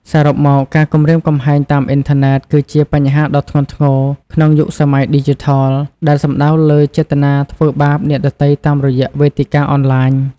សរុបមក ការគំរាមកំហែងតាមអ៊ីនធឺណិត គឺជាបញ្ហាដ៏ធ្ងន់ធ្ងរក្នុងយុគសម័យឌីជីថល ដែលសំដៅលើចេតនាធ្វើបាបអ្នកដទៃតាមរយៈវេទិកាអនឡាញ។